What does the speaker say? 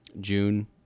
June